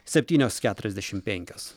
septynios keturiasdešim penkios